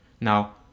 Now